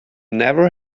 never